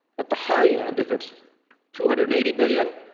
at the high end, if it's two hundred and eighty billion